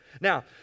Now